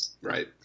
Right